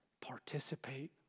participate